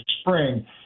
spring